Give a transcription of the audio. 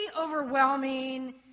overwhelming